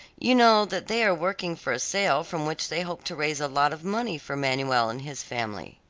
you know that they are working for a sale from which they hope to raise a lot of money for manuel and his family.